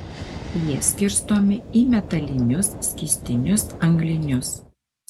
jie skirstomi į metalinius skystinius anglinius